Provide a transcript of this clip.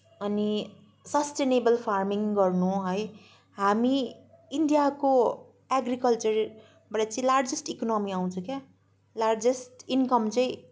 अनि sustainable farming गर्नु है हामी इन्डियाको एग्रिकल्चरबाट चाहिँ लार्जेस्ट इकोनमी आउँछ के लार्जेस्ट इन्कम चाहिँ